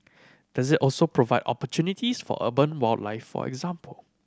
does it also provide opportunities for urban wildlife for example